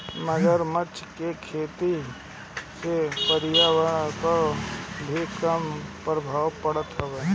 मगरमच्छ के खेती से पर्यावरण पअ भी कम प्रभाव पड़त हवे